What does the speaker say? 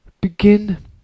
Begin